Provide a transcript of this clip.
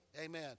Amen